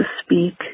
speak